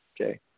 Okay